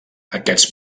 aquests